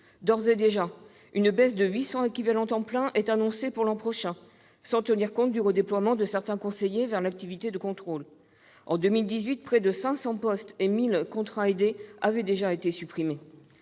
D'ores et déjà, une baisse de 800 équivalents temps plein est annoncée pour l'an prochain, sans tenir compte du redéploiement de certains conseillers vers l'activité de contrôle. En 2018, près de 500 postes et 1 000 contrats aidés ont déjà été supprimés.